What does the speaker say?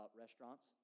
restaurants